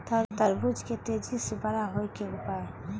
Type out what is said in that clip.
तरबूज के तेजी से बड़ा होय के उपाय?